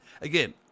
Again